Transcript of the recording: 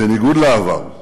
בניגוד לעבר,